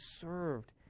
served